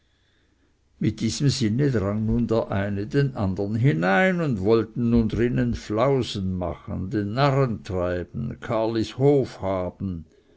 mit diesem sinne drang nun der eine den andern hinein und wollten nun drinnen flausen machen den narren treiben karlishof haben